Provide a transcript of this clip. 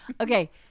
Okay